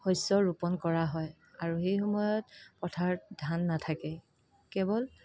শস্যৰ ৰোপন কৰা হয় আৰু সেই সময়ত পথাৰত ধান নাথাকে কেৱল